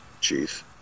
Chief